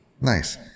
nice